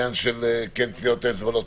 כן טביעות אצבע או לא,